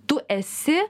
tu esi